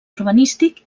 urbanístic